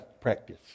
practice